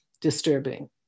disturbing